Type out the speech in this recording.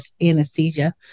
anesthesia